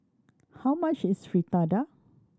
how much is Fritada